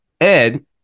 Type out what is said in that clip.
Ed